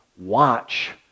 watch